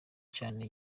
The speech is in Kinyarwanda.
cane